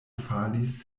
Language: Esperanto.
falis